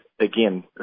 again